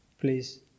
please